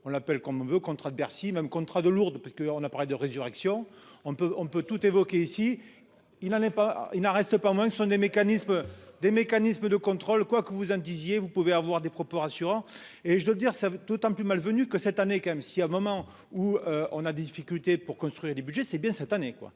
on l'appelle comme veut contrat de Bercy même contrat de Lourdes parce qu'on a parlé de résurrection. On peut, on peut tout évoquer ici. Il n'en est pas, il n'en reste pas moins que ce sont des mécanismes des mécanismes de contrôle quoi que vous en disiez, vous pouvez avoir des propos rassurants et je dois dire ça d'autant plus malvenue que cette année quand même. Si à un moment où on a des difficultés pour construire des budgets, c'est bien cette année